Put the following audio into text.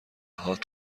هات